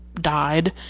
died